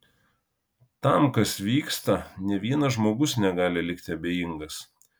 tam kas vyksta nė vienas žmogus negali likti abejingas